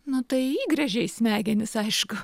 na tai įgręžia į smegenis aišku